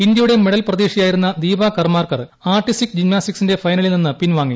ഇന്ത്യയുടെ മെഡൽ പ്രതീക്ഷയായിരുന്ന ദീപ കർമാർക്കർ ആർട്ടിസ്റ്റിക് ജിംനാസ്റ്റിക്സിന്റെ ഫൈനലിൽ നിന്ന് പിൻവാങ്ങി